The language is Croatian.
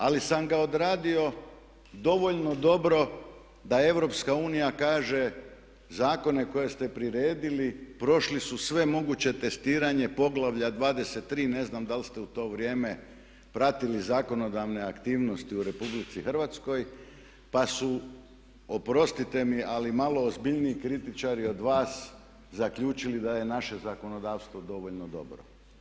Ali sam ga odradio dovoljno dobro da EU kaže zakone koje ste priredili prošli su sve moguće testiranje Poglavlja 23., ne znam da li ste u to vrijeme pratili zakonodavne aktivnosti u RH, pa su oprostite mi ali malo ozbiljniji kritičari od vas zaključili da je naše zakonodavstvo dovoljno dobro.